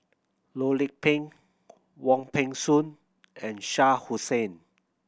Loh Lik Peng Wong Peng Soon and Shah Hussain